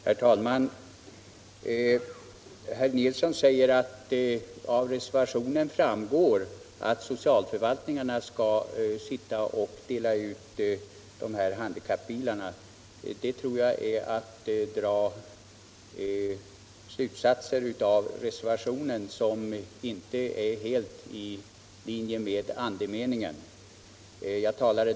Herr talman! Herr Nilsson i Kristianstad säger att det av reservationen framgår att socialförvaltningarna skall sitta och dela ut dessa handikappbilar. Det tror jag är att dra slutsatser av reservationen som inte är helt i linje med andemeningen.